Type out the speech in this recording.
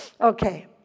okay